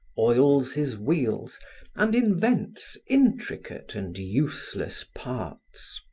oils his wheels and invents intricate and useless parts.